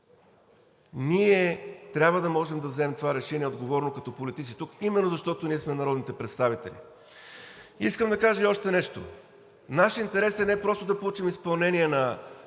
ние трябва да можем да вземем това решение отговорно като политици тук именно защото ние сме народните представители. Искам да кажа и още нещо. В наш интерес е не просто в двустранните си